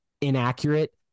inaccurate